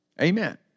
Amen